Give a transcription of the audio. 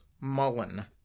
mullen